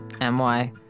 m-y